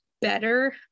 better